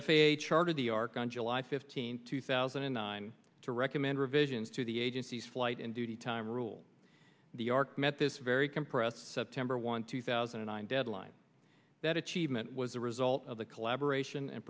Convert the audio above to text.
a charter the ark on july fifteenth two thousand and nine to recommend revisions to the agency's flight and duty time rules the ark met this very compressed september one two thousand and nine deadline that achievement was a result of the collaboration and